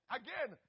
again